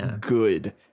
good